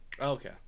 okay